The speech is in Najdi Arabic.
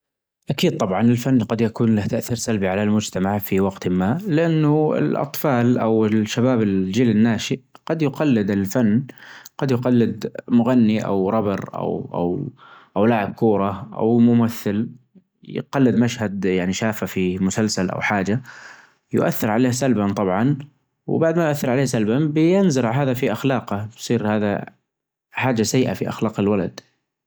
الفن سلاح ذو حدين قد يحسن المجتمع وقد يسوء من المجتمع اأ لأنه بطبيعة الحال الفن أ زي ما جلنا سلاح ذو حدين ممكن في وقت من الاوقات تسيء إستخدامه أو شي يطلع لك عادة سيئة تنتشر داخل المجتمع أو حاجه وفي النهاية يعني الوضع بيكون كارثي لو ما لو ما سويت كنترول جيد على هذي ال على هذي الاشياء.